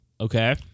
Okay